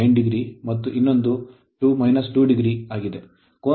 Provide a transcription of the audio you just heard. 9 o O ಮತ್ತು ಇನ್ನೊಂದು 2 o ಆಗಿದೆ